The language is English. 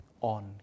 on